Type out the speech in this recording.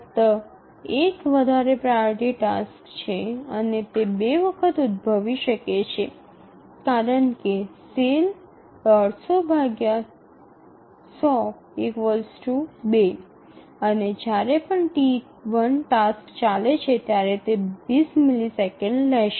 ફક્ત ૧ વધારે priority task છે અને તે ૨ વખત ઉદભવી શકે છે કારણ કે ⌈⌉ ૨ અને જ્યારે પણ T1 ટાસ્ક ચાલે છે ત્યારે તે ૨0 મિલિસેકન્ડ લેશે